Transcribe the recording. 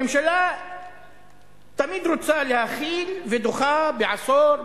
הממשלה תמיד רוצה להחיל ודוחה בעשור,